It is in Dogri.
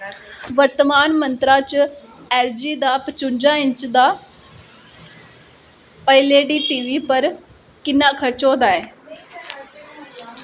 वर्तमान मंत्रा च एल जी दा पचुंजा इंच दा O L E D T V पर किन्ना खर्च होए दा ऐ